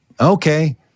Okay